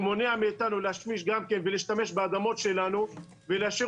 מונע מאתנו להשתמש באדמות שלנו ולהשאיר